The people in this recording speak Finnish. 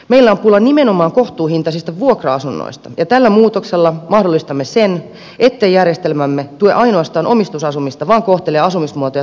meillä on pula nimenomaan kohtuuhintaisista vuokra asunnoista ja tällä muutoksella mahdollistamme sen ettei järjestelmämme tue ainoastaan omistusasumista vaan kohtelee asumismuotoja tasapuolisesti